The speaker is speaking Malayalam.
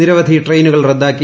നിരവധി ട്രെയിനുകൾ റദ്ദാക്കി